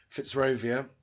Fitzrovia